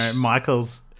Michael's